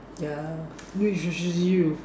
yeah this is usually you